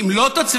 אם לא תצליחו,